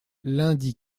lundi